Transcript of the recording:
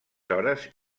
hores